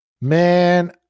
Man